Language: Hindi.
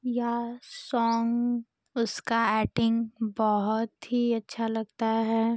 या सॉन्ग उसका ऐक्टिंग बहुत ही अच्छा लगता है